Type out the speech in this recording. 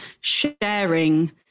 sharing